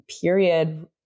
period